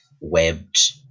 webbed